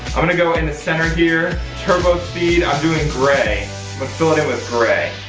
i'm gonna go in the center here, turbo speed. i'm doing gray but so and with gray.